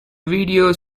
videos